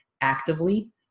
actively